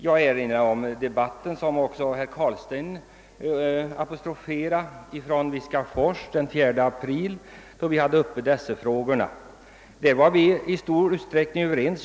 Jag erinrar om den debatt i dessa frågor som vi hade i Viskafors den 4 april och som herr Carlstein också omnämnde. Vi var där i stort sett överens.